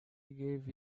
gave